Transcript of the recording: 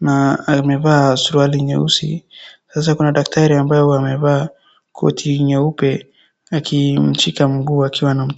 na amevaa suruali nyeusi. Sasa kuna daktari ambao wamevaa koti nyeupe wakimshika mguu wakiwa wanamtibu.